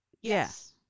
yes